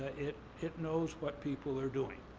it it knows what people are doing.